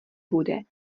bude